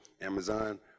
Amazon